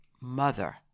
mother